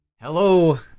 Hello